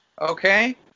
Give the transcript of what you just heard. okay